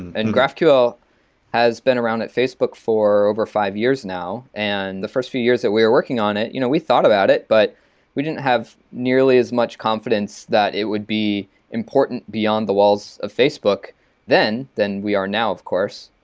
and graphql has been around at facebook for over five years now and the first few years that we are working on it, you know we thought about it but we didn't have nearly as much confidence that it would be important beyond the walls of facebook then than we are now, of course.